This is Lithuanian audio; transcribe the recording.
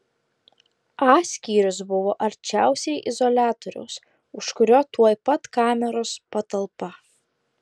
a skyrius buvo arčiausiai izoliatoriaus už kurio tuoj pat kameros patalpa